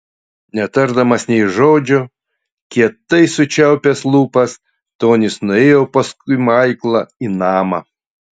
netardamas nė žodžio kietai sučiaupęs lūpas tonis nuėjo paskui maiklą į namą